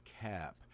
cap